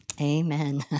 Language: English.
Amen